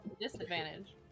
disadvantage